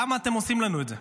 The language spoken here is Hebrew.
למה אתם עושים לנו את זה?